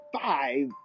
five